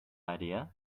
idea